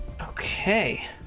Okay